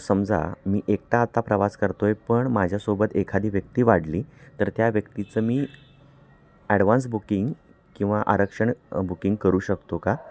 समजा मी एकटा आत्ता प्रवास करतो आहे पण माझ्यासोबत एखादी व्यक्ती वाढली तर त्या व्यक्तीचं मी ॲडवान्स बुकिंग किंवा आरक्षण बुकिंग करू शकतो का